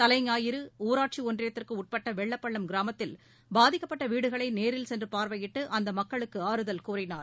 தலைஞாயிறு ஊராட்சி ஒன்றியத்திற்கு உட்பட்ட வெள்ளப்பள்ளம் கிராமத்தில் பாதிக்கப்பட்ட வீடுகளை நேரில் சென்று பார்வையிட்டு அம்மக்களுக்கு ஆறுதல் கூறினார்